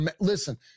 listen